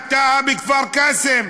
מוחמד טאהא בכפר קאסם.